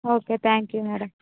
okay thank you madam